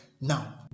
Now